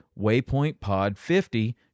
WaypointPod50